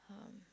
um